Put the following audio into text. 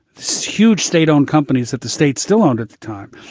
so huge state owned companies that the state still owned at the time.